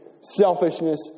selfishness